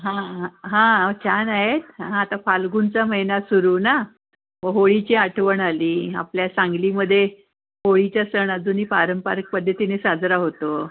हां हां हो छान आहेत आता फाल्गुनचा महिना सुरू ना व होळीची आठवण आली आपल्या सांगलीमध्ये होळीचा सण अजूनही पारंपरिक पद्धतीने साजरा होतो